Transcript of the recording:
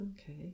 Okay